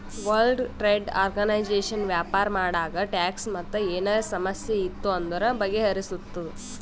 world trade organisation ವ್ಯಾಪಾರ ಮಾಡಾಗ tax ಮತ್ ಏನರೇ ಸಮಸ್ಯೆ ಇತ್ತು ಅಂದುರ್ ಬಗೆಹರುಸ್ತುದ್